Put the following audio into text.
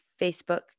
Facebook